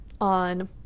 on